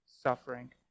suffering